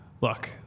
look